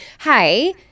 hey